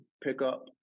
pickup